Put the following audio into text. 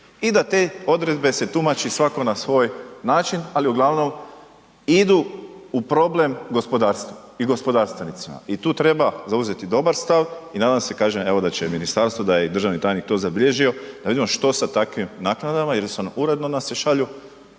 i da te odredbe se tumači svatko na svoj način, ali u glavnom idu u problem gospodarstvu i gospodarstvenicima. I tu treba zauzeti dobar stav i nadam se kažem evo da će ministarstvo, da je i državni tajnik to zabilježio da vidimo što sa takvim naknadama jer uredno nam se šalju